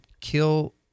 kill